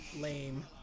Lame